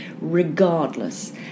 regardless